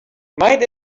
might